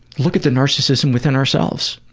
look at the narcissist and within ourselves.